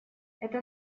это